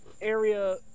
area